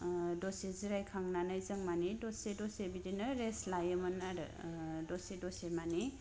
दसे जिरायखांनानै जों माने दसे दसे बिदिनो रेस्ट लायोमोन आरो दसे दसे माने